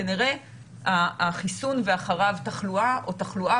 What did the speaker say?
כנראה החיסון ואחריו תחלואה או תחלואה